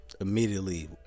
immediately